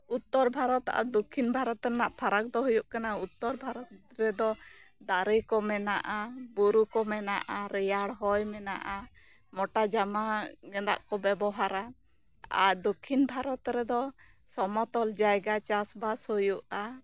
ᱩᱛᱛᱚᱨ ᱵᱷᱟᱨᱚᱛ ᱟᱨ ᱫᱩᱠᱠᱷᱤᱱ ᱵᱷᱟᱨᱚᱛ ᱨᱮᱱᱟᱜ ᱯᱷᱟᱨᱟᱠ ᱫᱚ ᱦᱩᱭᱩᱜ ᱠᱟᱱᱟ ᱩᱛᱛᱚᱨ ᱵᱷᱟᱨᱚᱛ ᱨᱮᱫᱚ ᱫᱟᱨᱮ ᱠᱚ ᱢᱮᱱᱟᱜᱼᱟ ᱵᱩᱨᱩ ᱠᱚ ᱢᱮᱱᱟᱜᱼᱟ ᱨᱮᱭᱟᱲ ᱦᱚᱭ ᱢᱮᱱᱟᱜᱼᱟ ᱢᱚᱴᱟ ᱡᱟᱢᱟ ᱜᱮᱸᱫᱟᱜ ᱠᱚ ᱵᱮᱵᱚᱦᱟᱨᱟ ᱟᱨ ᱫᱚᱠᱷᱤᱱ ᱵᱷᱨᱚᱨᱛ ᱨᱮᱫᱚ ᱥᱚᱢᱚᱛᱚᱞ ᱡᱟᱭᱜᱟ ᱪᱟᱥ ᱵᱟᱥ ᱦᱩᱭᱩᱜᱼᱟ